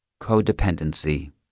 codependency